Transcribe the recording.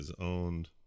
owned